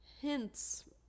hints